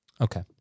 Okay